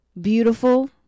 beautiful